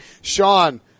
Sean